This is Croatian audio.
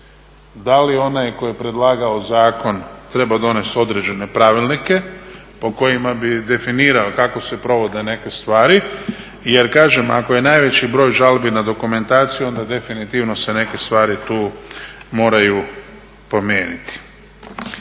Da li onaj tko je predlagao zakon treba donest određene pravilnike po kojima bi definirao kako se provode neke stvari. Jer kažem, ako je najveći broj žalbi na dokumentaciji onda definitivno se neke stvari tu moraju promijeniti.